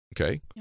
okay